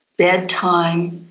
bed time,